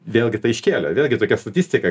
vėlgi tai iškėlė vėlgi tokia statistika